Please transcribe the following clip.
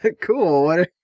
Cool